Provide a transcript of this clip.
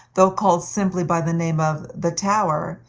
though called simply by the name of the tower,